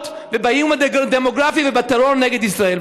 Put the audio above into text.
ובאיום הדמוגרפי ובטרור נגד ישראל,